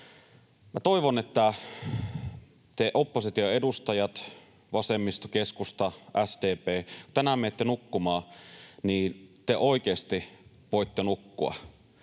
toivon, että kun te, oppositioedustajat — vasemmisto, keskusta, SDP — tänään menette nukkumaan, niin te oikeasti voitte nukkua.